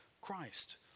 Christ